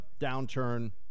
downturn